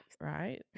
Right